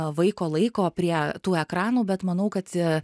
vaiko laiko prie tų ekranų bet manau kad